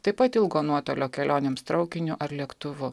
taip pat ilgo nuotolio kelionėms traukiniu ar lėktuvu